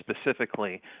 specifically